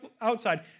outside